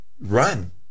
run